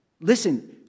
listen